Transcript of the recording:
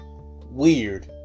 weird